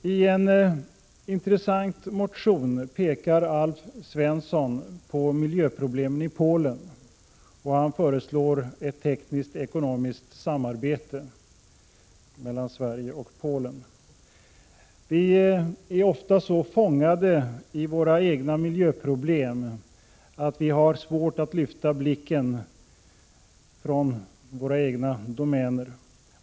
I en intressant motion pekar Alf Svensson på miljöproblemen i Polen, och han föreslår ett tekniskt-ekonomiskt samarbete mellan Sverige och Polen. Vi är ofta så fångade i våra egna miljöproblem att vi har svårt att lyfta blicken från våra egna domäner.